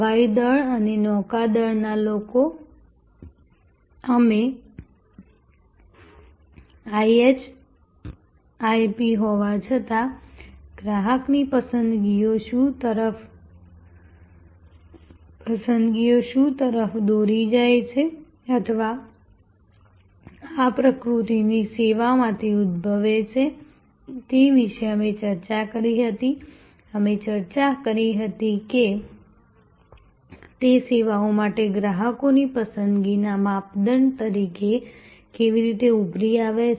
હવાઈ દળ અને નૌકાદળના લોકો અમે IHIP હોવા છતાં ગ્રાહકની પસંદગીઓ શું તરફ દોરી જાય છે અથવા આ પ્રકૃતિની સેવામાંથી ઉદ્ભવે છે તે વિશે અમે ચર્ચા કરી હતી અમે ચર્ચા કરી હતી કે તે સેવાઓ માટે ગ્રાહકોની પસંદગીના માપદંડ તરીકે કેવી રીતે ઉભરી આવે છે